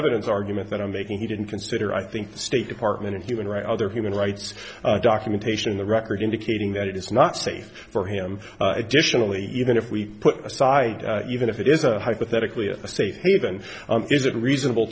evidence argument that i'm making he didn't consider i think the state department of human rights other human rights documentation the record indicating that it is not safe for him a decision only even if we put aside even if it is a hypothetically a safe haven is it reasonable